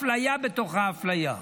אפליה בתוך האפליה.